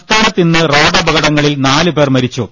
സംസ്ഥാനത്ത് ഇന്ന് റോഡപകടങ്ങളിൽ നാല് പേർ മരിച്ചു